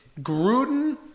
Gruden